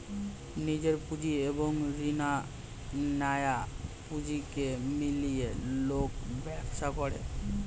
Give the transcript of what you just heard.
নিজের পুঁজি এবং রিনা নেয়া পুঁজিকে মিলিয়ে লোক ব্যবসা করে